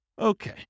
Okay